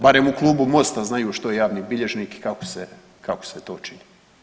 Barem u Klubu Mosta znaju što je javni bilježnik i kako se to čini.